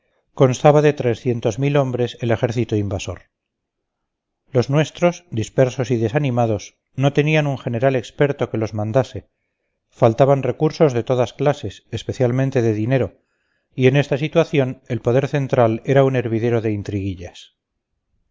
constaba de trescientos mil hombres el ejército invasor los nuestros dispersos y desanimados no tenían un general experto que los mandase faltaban recursos de todas clases especialmente de dinero y en esta situación el poder central era un hervidero de intriguillas las